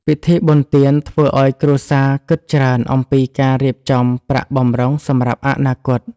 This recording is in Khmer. ពិធីបុណ្យទានធ្វើឱ្យគ្រួសារគិតច្រើនអំពីការរៀបចំប្រាក់បម្រុងសម្រាប់អនាគត។